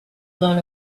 blown